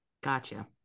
Gotcha